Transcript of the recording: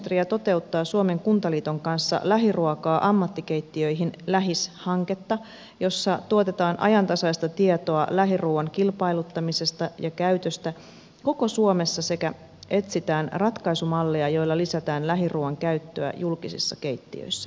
ekocentria toteuttaa suomen kuntaliiton kanssa lähiruokaa ammattikeittiöihin hanketta jossa tuotetaan ajantasaista tietoa lähiruuan kilpailuttamisesta ja käytöstä koko suomessa sekä etsitään ratkaisumalleja joilla lisätään lähiruuan käyttöä julkisissa keittiöissä